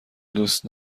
دوست